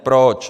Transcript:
Proč?